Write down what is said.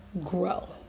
Grow